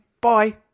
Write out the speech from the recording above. Bye